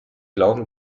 glauben